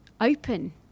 open